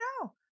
no